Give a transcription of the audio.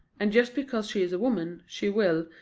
and just because she is a woman, she will,